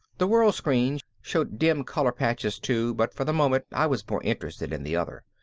the world screen showed dim color patches too, but for the moment i was more interested in the other.